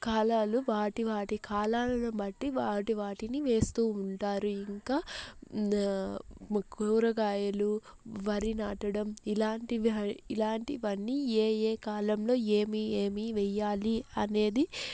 కాలాలు వాటి వాటి కాలాలను బట్టి వాటి వాటిని వేస్తూ ఉంటారు ఇంకా కూరగాయలు వరి నాటడం ఇలాంటి ఇలాంటివన్నీ ఏ ఏ కాలంలో ఏమి ఏమి వేయాలి అనేది